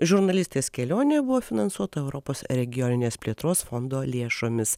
žurnalistės kelionė buvo finansuota europos regioninės plėtros fondo lėšomis